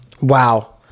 Wow